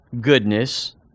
goodness